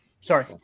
Sorry